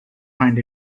find